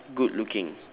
good looking